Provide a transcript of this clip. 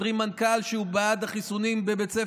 מפטרים מנכ"ל שהוא בעד החיסונים בבית ספר,